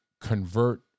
convert